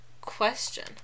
question